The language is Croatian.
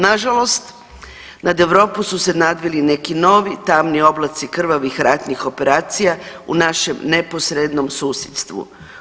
Na žalost nad Europu su se nadvili neki novi tamni oblaci krvavih ratnih operacija u našem neposrednom susjedstvu.